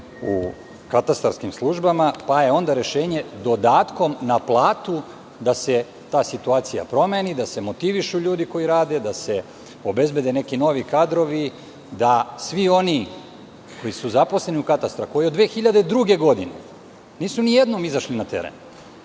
u katastarskim službama pa je onda rešenje podatkom na platu da se ta situacija promeni, da se motivišu ljudi koji rade, da se obezbede neki novi kadrovi. Svi oni koji su zaposleni u katastru, a koji od 2002. godine, nisu ni jednom izašli na teren,